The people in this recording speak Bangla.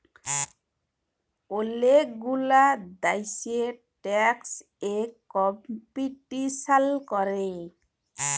ওলেক গুলা দ্যাশে ট্যাক্স এ কম্পিটিশাল ক্যরে